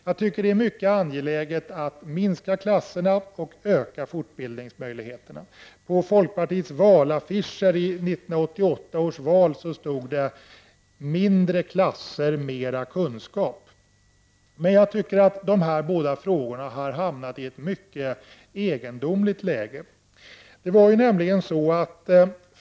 Jag anser att det är mycket angeläget att minska klassernas storlek och öka fortbildningsmöjligheterna. På folkpartiets valaffischer vid 1988 års val stod det: Mindre klasser och mer kunskap. Jag tycker att dessa båda frågor har hamnat i ett mycket egendomligt läge.